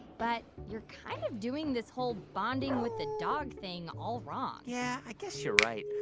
but you're kind of doing this whole bonding with the dog thing all wrong yeah. i guess you're right.